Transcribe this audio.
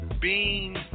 beans